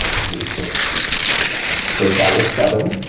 v-stitch so that was seven.